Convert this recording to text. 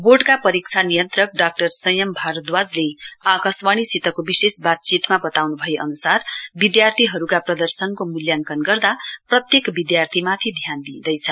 वोर्डका परीक्षा नियन्त्रक डाक्टर संयम भारदाजले आकाशवाणीसितको विशेष बातचीतमा वताउनु भए अनुसार विद्यार्थीका प्रदर्शनको मूल्याङ्कन गर्दा प्रत्येक विद्यार्थीमाथि ध्यान दिँइदैछ